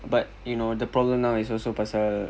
but you know the problem now is also pasal